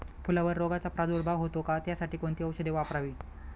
फुलावर रोगचा प्रादुर्भाव होतो का? त्यासाठी कोणती औषधे वापरावी?